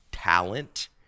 talent